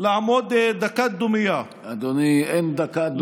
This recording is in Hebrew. לעמוד דקת דומייה, אדוני, אין דקת דומייה.